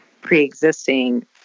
pre-existing